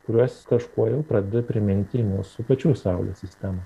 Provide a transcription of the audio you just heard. kurios kažkuo jau pradeda priminti mūsų pačių saulės sistemą